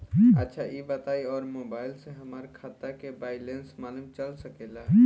अच्छा ई बताईं और मोबाइल से हमार खाता के बइलेंस मालूम चल सकेला?